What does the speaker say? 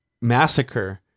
massacre